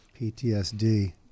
PTSD